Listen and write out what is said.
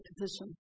position